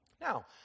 Now